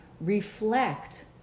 reflect